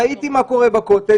ראיתי מה קורה בכותל,